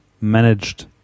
managed